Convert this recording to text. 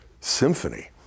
symphony